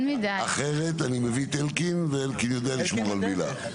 אחרת אני מביא את אלקין ואלקין יודע לשמור על מילה.